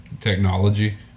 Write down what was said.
technology